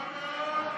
הצבעה.